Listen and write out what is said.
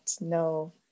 no